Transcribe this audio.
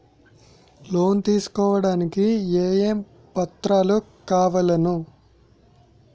Loan తీసుకోడానికి ఏమేం పత్రాలు కావలెను?